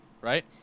right